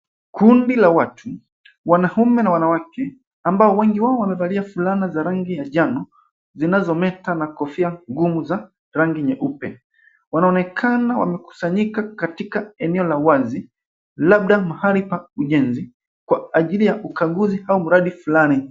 Kundi la watu wanaume na wanawake ambao wengi wao wamevalia fulana za rangi ya njano zinazometa na kofia ngumu za rangi nyeupe. Wanaonekana wamekusanyika katika eneo la wazi labda mahali pa ujenzi kwa ajili ya ukaguzi au mradi fulani.